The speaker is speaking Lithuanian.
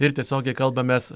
ir tiesiogiai kalbamės